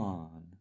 on